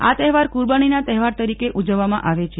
આ તહેવાર કુર્બાનીના તહેવાર તરીકે ઉજવવામાં આવે છે